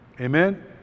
Amen